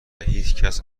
هیچکس